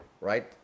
right